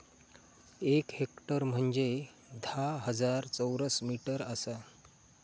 एक हेक्टर म्हंजे धा हजार चौरस मीटर आसा